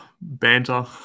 Banter